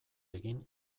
egin